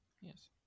Yes